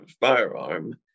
firearm